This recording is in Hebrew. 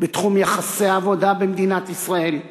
בתחום יחסי העבודה במדינת ישראל.